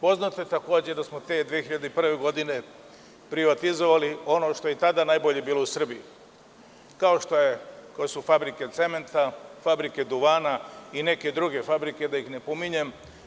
Poznato je takođe da smo te 2001. godine privatizovali ono što je i tada najbolje bilo u Srbiji, kao što su fabrike cementa, fabrike duvana i neke druge fabrike, da ih ne pominjem.